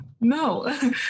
No